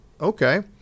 Okay